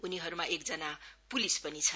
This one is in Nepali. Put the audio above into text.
उनीहरूमा एकजना पुलिस पनि छन्